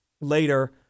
later